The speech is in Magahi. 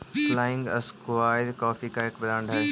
फ्लाइंग स्क्वायर कॉफी का एक ब्रांड हई